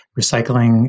recycling